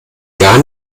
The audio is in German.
gar